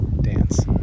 dance